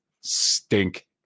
stink